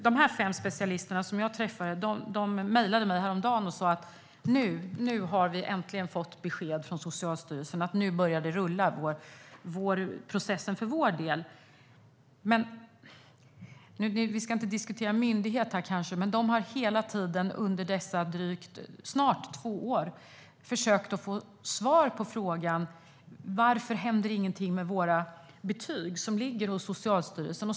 De fem specialisterna som jag träffade tidigare mejlade mig häromdagen och berättade att de äntligen hade fått besked från Socialstyrelsen att processen för deras del har börjat rulla. Vi ska inte diskutera myndigheter här, men de har under snart två år försökt att få svar på frågan varför det inte händer något med deras betyg. Betygen finns hos Socialstyrelsen.